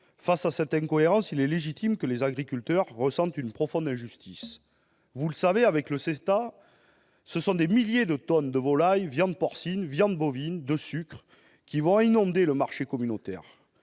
Face à cette incohérence, il est légitime que les agriculteurs ressentent une profonde injustice. Avec le CETA, des milliers de tonnes de volaille, de viande porcine ou bovine ou de sucre vont inonder le marché communautaire.